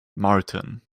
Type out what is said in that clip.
martin